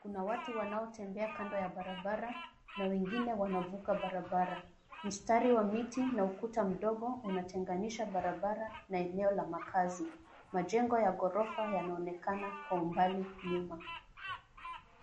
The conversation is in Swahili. Kuna watu wanaotembea kando ya barabara na wengine wanavuka barabara. Mstari wa miti na ukuta mdogo unatenganisha barabara na eneo la makazi. Majengo ya ghorofa yanaonekana kwa umbali nyuma.